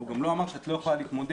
והוא גם לא אמר שאת לא יכולה להתמודד.